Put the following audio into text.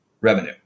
revenue